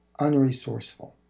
unresourceful